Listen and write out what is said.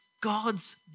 God's